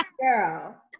girl